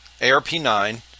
ARP9